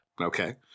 Okay